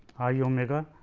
i omega.